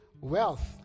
wealth